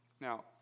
Now